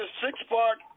six-part